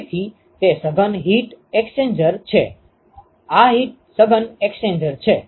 તેથી તે સઘન હીટ એક્સ્ચેન્જર છે આ સઘન હીટ એક્સ્ચેન્જર છે